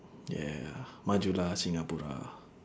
yeah majulah singapura